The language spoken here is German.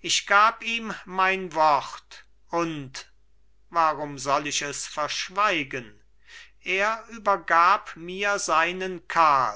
ich gab ihm mein wort und warum soll ich es verschweigen er übergab mir seinen